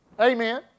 amen